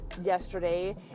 yesterday